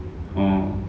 oh